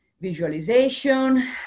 visualization